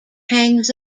hangs